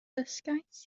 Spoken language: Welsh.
dysgais